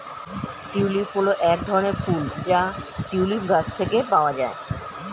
tulip হল এক ধরনের ফুল যা টিউলিপ গাছ থেকে পাওয়া যায়